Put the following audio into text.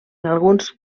alguns